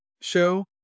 show